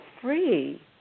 free